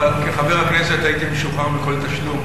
אבל כחבר הכנסת הייתי משוחרר מכל תשלום,